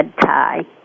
tie